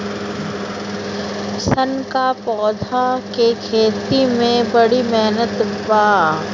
सन क पौधा के खेती में बड़ी मेहनत बा